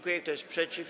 Kto jest przeciw?